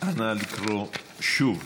לקרוא שוב